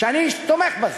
ואני תומך בזה.